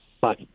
Bye